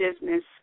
business